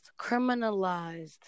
criminalized